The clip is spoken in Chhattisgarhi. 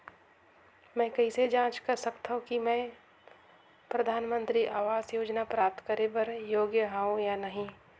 मैं कइसे जांच सकथव कि मैं परधानमंतरी आवास योजना प्राप्त करे बर योग्य हववं या नहीं?